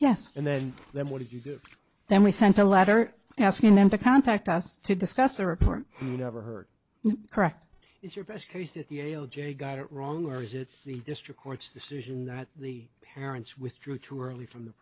yes and then then what did you do then we sent a letter asking them to contact us to discuss a report you never heard correct is your best case at the ale jay got it wrong or is it the district court's decision that the parents withdrew too early from the